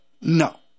No